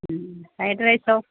fried റൈസോ